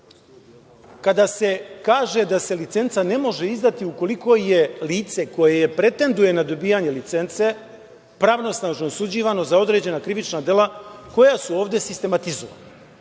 kada se kaže da se licenca ne može izdati ukoliko je lice koje pretenduje na dobijanje licence pravosnažno osuđivano za određena krivična dela koja su ovde sistematizovana,